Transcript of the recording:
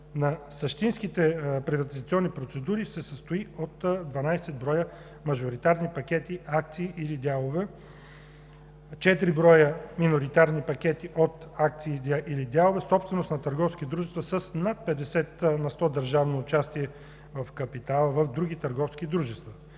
на същинските приватизационни процедури, се състои от: 12 броя мажоритарни пакети, акции или дялове; 4 броя миноритарни пакети от акции или дялове, собственост на търговски дружества с над 50 на сто държавно участие в капитала в други търговски дружества;